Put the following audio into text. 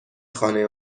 خانه